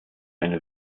eine